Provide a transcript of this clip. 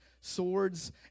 swords